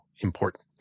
important